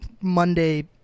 Monday